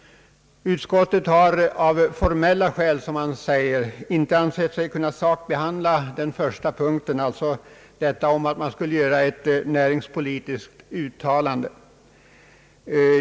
Utskottet säger sig av formella skäl inte ha kunnat sakbehandla den första punkten om att riksdagen skulle göra ett näringspolitiskt uttalande.